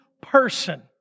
person